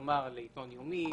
כלומר, לעיתון יומי,